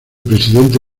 presidente